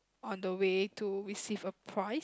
on the way to receive a prize